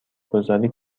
گذاری